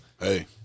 Hey